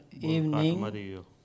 evening